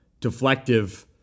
deflective